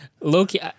Loki